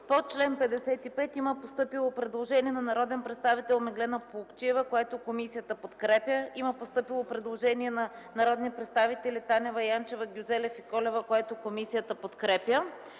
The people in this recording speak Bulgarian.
подкрепя. Има постъпило предложение от народния представител Петър Курумбашев, което комисията подкрепя. Има постъпило предложение от народните представители Танева, Янчева, Гюзелев и Колева, което комисията подкрепя.